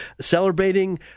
celebrating